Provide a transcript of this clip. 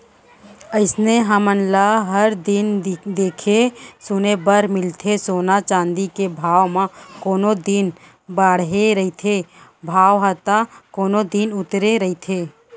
अइसने हमन ल हर दिन देखे सुने बर मिलथे सोना चाँदी के भाव म कोनो दिन बाड़हे रहिथे भाव ह ता कोनो दिन उतरे रहिथे